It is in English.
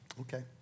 Okay